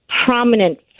prominent